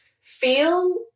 feel